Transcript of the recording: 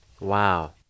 Wow